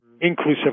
Inclusive